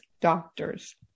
doctors